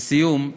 לסיום,